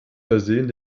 versehen